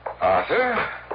Arthur